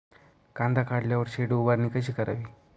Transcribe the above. कांदा काढल्यावर शेड उभारणी कशी करावी?